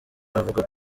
avuga